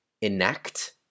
enact